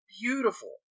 beautiful